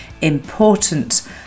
important